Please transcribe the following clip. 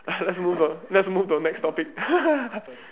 let's move on let's move to the next topic